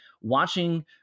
watching